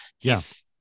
Yes